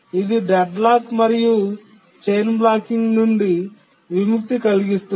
ఇది డెడ్లాక్ మరియు chain blocking నుండి విముక్తి కలిగిస్తుంది